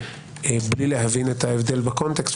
בין-לאומיות בלי להבין את ההבדל בקונטקסט.